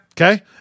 Okay